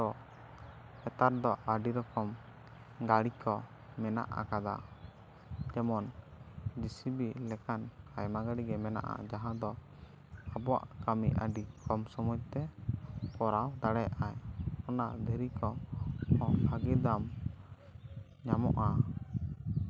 ᱱᱮᱛᱟᱨ ᱫᱚ ᱟᱹᱰᱤ ᱨᱚᱠᱚᱢ ᱜᱟᱹᱲᱤ ᱠᱚ ᱢᱮᱱᱟᱜ ᱟᱠᱟᱫᱟ ᱡᱮᱢᱚᱱ ᱡᱮ ᱥᱤ ᱵᱤ ᱞᱮᱠᱟᱱ ᱟᱭᱢᱟ ᱜᱟᱹᱲᱤ ᱜᱮ ᱢᱮᱱᱟᱜᱼᱟ ᱡᱟᱦᱟᱸ ᱫᱚ ᱟᱵᱚᱣᱟᱜ ᱠᱟᱹᱢᱤ ᱟᱹᱰᱤ ᱠᱚᱢ ᱥᱚᱢᱚᱭ ᱛᱮ ᱠᱚᱨᱟᱣ ᱫᱟᱲᱮᱭᱟᱜ ᱟᱭ ᱚᱱᱟ ᱫᱷᱤᱨᱤ ᱠᱚ ᱵᱷᱟᱹᱜᱤ ᱫᱟᱢ ᱧᱟᱢᱚᱜᱼᱟ